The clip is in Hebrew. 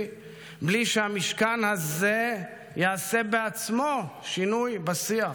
בלי שהמשכן הזה יעשה בעצמו שינוי בשיח.